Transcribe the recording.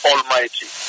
Almighty